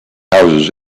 houses